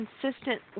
consistent